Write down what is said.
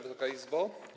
Wysoka Izbo!